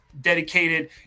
dedicated